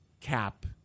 cap